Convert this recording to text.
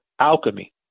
alchemy